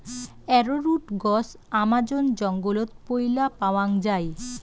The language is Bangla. অ্যারোরুট গছ আমাজন জঙ্গলত পৈলা পাওয়াং যাই